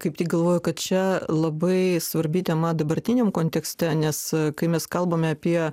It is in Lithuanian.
kaip tik galvojau kad čia labai svarbi tema dabartiniam kontekste nes kai mes kalbame apie